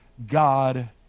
God